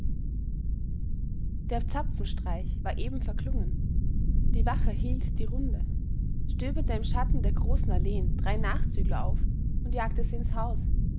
der zapfenstreich war eben verklungen die wache hielt die runde stöberte im schatten der großen allee drei nachzügler auf und jagte sie ins haus